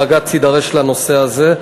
בג"ץ יידרש לנושא הזה,